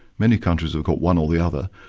many countries have got one or the other,